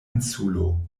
insulo